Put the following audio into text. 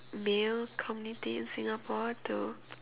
male community in Singapore to